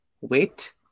wait